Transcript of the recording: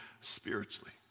spiritually